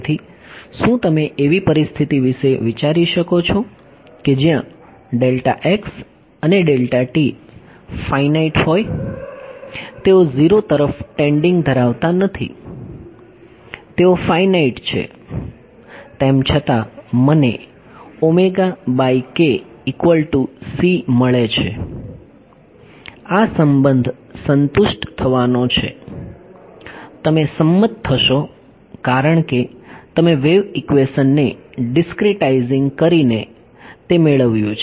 તેથી શું તમે એવી પરિસ્થિતિ વિશે વિચારી શકો છો કે જ્યાં અને ફાઇનાઇટ હોય તેઓ 0 તરફ ટેન્ડિંગ ધરાવતા નથી તેઓ ફાઇનાઇટ છે તેમ છતાં મને મળે છે આ સંબંધ સંતુષ્ટ થવાનો છે તમે સંમત થશો કારણ કે તમે વેવ ઈક્વેશનને ડીસ્ક્રિટાઇઝિંગ કરીને તે મેળવ્યું છે